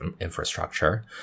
infrastructure